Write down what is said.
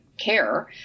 care